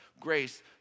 grace